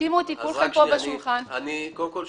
קודם כל,